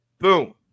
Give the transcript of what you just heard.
Boom